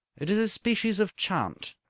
it is a species of chant.